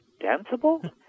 danceable